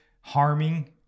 harming